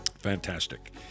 Fantastic